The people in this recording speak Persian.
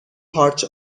پارچ